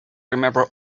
remember